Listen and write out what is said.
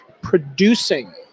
producing